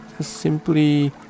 simply